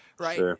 Right